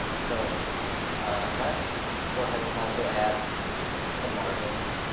so let's go ahead and also add some margins